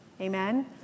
Amen